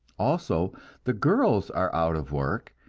also the girls are out of work,